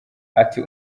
ati